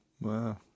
Wow